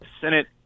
Senate